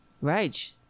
Right